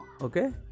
Okay